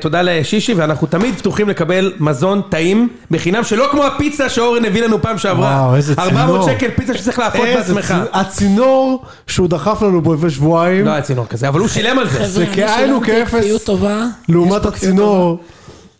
תודה לשישי, ואנחנו תמיד פתוחים לקבל מזון טעים, בחינם שלא כמו הפיצה שאורן הביא לנו פעם שעברה. וואו, איזה צינור. 400 שקל פיצה שצריך לעשות בעצמך. הצינור שהוא דחף לנו בו איפה שבועיים. לא היה צינור כזה, אבל הוא שילם על זה. זה כאין וכאפס. איזו איכות טובה. לעומת הצינור.